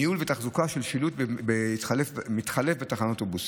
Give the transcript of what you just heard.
ניהול ותחזוקה של שילוט מתחלף בתחנות אוטובוסים.